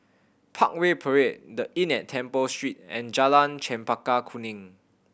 Parkway Parade The Inn at Temple Street and Jalan Chempaka Kuning